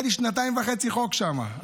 היה לי שנתיים וחצי חוק שם,